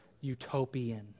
utopian